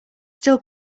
still